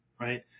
Right